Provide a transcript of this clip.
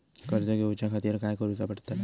कर्ज घेऊच्या खातीर काय करुचा पडतला?